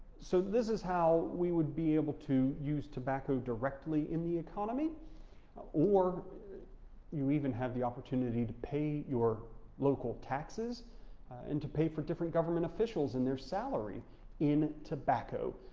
so this is how we would be able to use tobacco directly in the economy or you even have the opportunity to pay your local taxes and to pay for different government officials and their salary in tobacco.